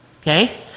okay